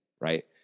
Right